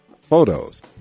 photos